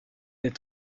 est